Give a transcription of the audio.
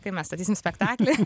kai mes statysim spektaklį